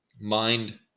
mind